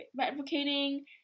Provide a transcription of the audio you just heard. advocating